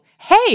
hey